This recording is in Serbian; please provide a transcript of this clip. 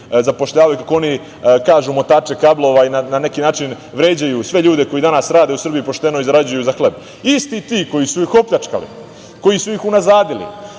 zapošljavaju, kako oni kažu, motače kablova i na neki način vređaju sve ljude koji danas rade u Srbiji i pošteno zarađuju za hleb. Isti ti koji su ih opljačkali, koji su ih unazadili,